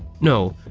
no,